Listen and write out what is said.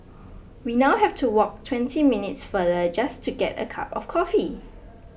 we now have to walk twenty minutes farther just to get a cup of coffee